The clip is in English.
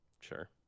Sure